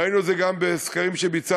וראינו את זה גם בסקרים שביצענו.